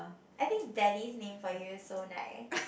I think daddy's name for you so nice